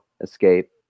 escape